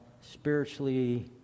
Spiritually